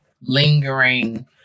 lingering